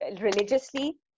religiously